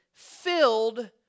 Filled